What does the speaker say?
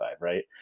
Right